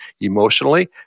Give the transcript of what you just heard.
emotionally